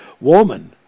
woman